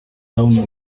brown